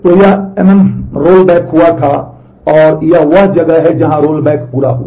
तो यह mm rollback हुआ था और यह वह जगह है जहां रोलबैक पूरा हुआ